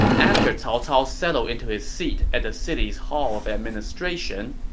after cao cao settled into his seat at the city's hall of administration,